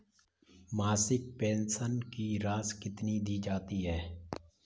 मासिक पेंशन की राशि कितनी दी जाती है?